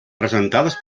presentades